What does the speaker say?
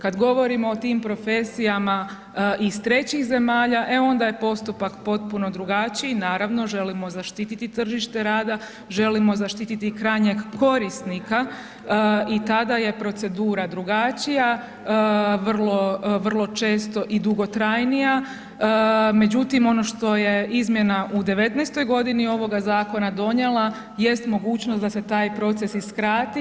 Kad govorimo o tim profesijama iz trećih zemalja, e onda je postupak potpuno drugačiji, naravno, želimo zaštititi tržište rada, želimo zaštititi i krajnjeg korisnika, i tada je procedura drugačija, vrlo često i dugotrajnija, međutim ono što je izmjena u '19.-oj godini ovoga Zakona donijela, jest mogućnost da se taj proces i skrati.